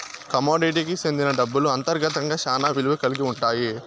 కమోడిటీకి సెందిన డబ్బులు అంతర్గతంగా శ్యానా విలువ కల్గి ఉంటాయి